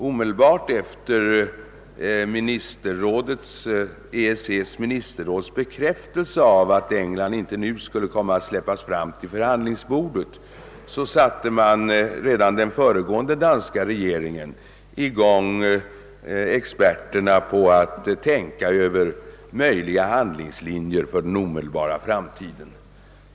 Omedelbart efter EEC:s ministerråds bekräftelse på att England inte skulle släppas fram till förhandlingsbordet satte den föregående danska regeringen sina experter i gång med att fundera ut möjliga handlingslinjer för den närmaste framtiden.